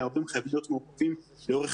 אלא ההורים צריכים להיות מעורבים לאורך